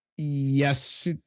Yes